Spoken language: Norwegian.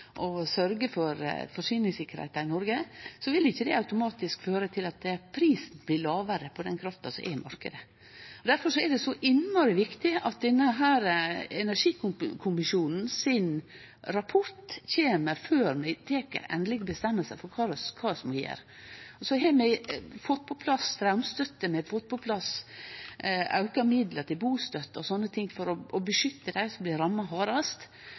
for forsyningstryggleiken i Noreg, vil ikkje det automatisk føre til at prisen blir lågare på den krafta som er i marknaden. Difor er det så innmari viktig at energikommisjonen sin rapport kjem før vi tek ei endeleg avgjerd om kva vi skal gjere. Vi har fått på plass framstøtte, vi har fått på plass auka midlar til bustøtte og slikt for å beskytte dei som blir ramma hardast,